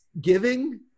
giving